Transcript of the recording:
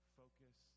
focus